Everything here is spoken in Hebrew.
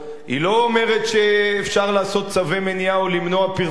היא לא אומרת שאפשר לעשות צווי מניעה או למנוע פרסום.